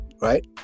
right